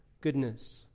goodness